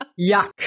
Yuck